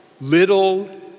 little